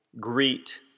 greet